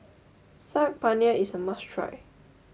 Saag Paneer is a must try